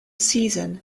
season